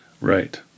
Right